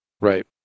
Right